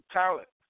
talent